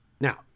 Now